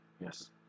Yes